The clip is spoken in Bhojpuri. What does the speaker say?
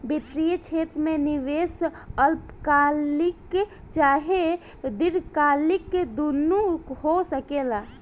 वित्तीय क्षेत्र में निवेश अल्पकालिक चाहे दीर्घकालिक दुनु हो सकेला